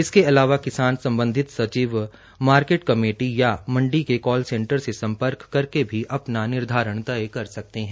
इसके अलावा किसान संबंधित सचिव मार्केट कमेटी या मंडी के कॉल सेंटर से संपर्क करके भी अपना निर्धारण तय कर सकते हैं